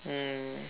mm